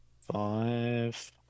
Five